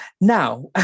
now